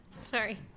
sorry